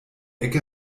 ecke